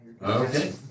okay